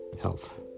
health